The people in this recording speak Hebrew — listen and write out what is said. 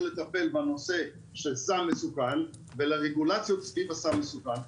לטפל בנושא של סם מסוכן וברגולציות סביב הסם המסוכן הזה,